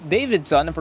Davidson